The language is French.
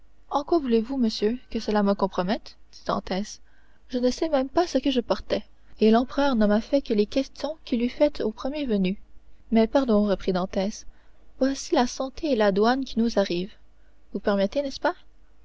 en quoi voulez-vous monsieur que cela me compromette dit dantès je ne sais pas même ce que je portais et l'empereur ne m'a fait que les questions qu'il eût faites au premier venu mais pardon reprit dantès voici la santé et la douane qui nous arrivent vous permettez n'est-ce pas